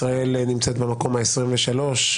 ישראל נמצאת במקום ה-23,